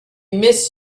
miss